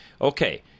okay